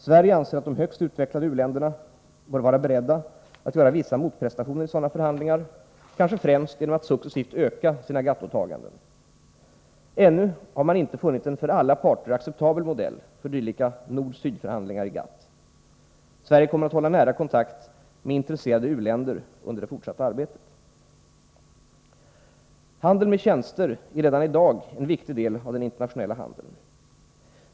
Sverige anser att de högst utvecklade u-länderna bör vara beredda att göra vissa motprestationer i sådana förhandlingar, kanske främst genom att successivt öka sina GATT-åtaganden. Ännu har man inte funnit en för alla parter acceptabel modell för dylika nord-syd-förhandlingar i GATT. Sverige kommer att hålla nära kontakt med intresserade u-länder under det fortsatta arbetet. Handeln med tjänster är redan i dag en viktig del av den internationella handeln.